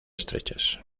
estrechas